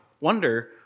wonder